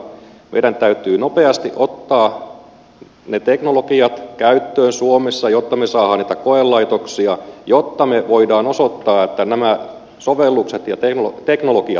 meidän täytyy nopeasti ottaa ne teknologiat käyttöön suomessa jotta me saamme niitä koelaitoksia jotta me voimme osoittaa että nämä sovellukset ja teknologiat toimivat